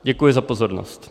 Děkuji za pozornost.